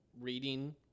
reading